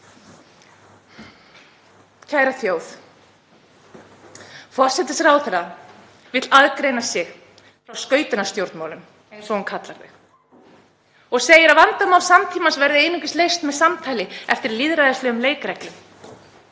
Kæra þjóð. Forsætisráðherra vill aðgreina sig frá skautunarstjórnmálum, eins og hún kallar þau, og segir að vandamál samtímans verði einungis leyst með samtali eftir lýðræðislegum leikreglum.